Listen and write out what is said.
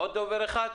עוד דובר אחד?